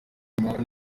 umuhanga